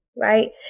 right